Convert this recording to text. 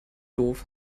doof